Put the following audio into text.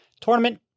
tournament